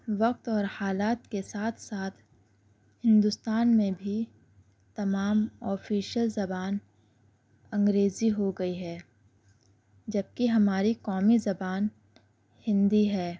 وقت اور حالات کے ساتھ ساتھ ہندوستان میں بھی تمام آفیشیل زبان انگریزی ہو گئی ہے جب کی ہماری قومی زبان ہندی ہے